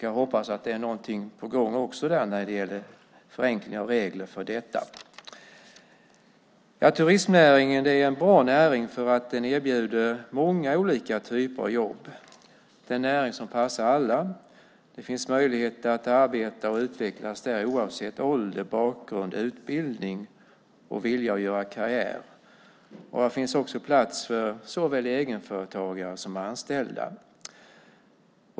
Jag hoppas att det är något på gång också när det gäller förenkling av regler för detta. Turistnäringen är bra för att den erbjuder många typer av jobb. Det är en näring som passar alla. Det finns möjlighet att utvecklas och arbeta där oavsett ålder, bakgrund, utbildning och vilja att göra karriär. Här finns också plats för såväl egenföretagare som anställda.